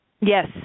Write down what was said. Yes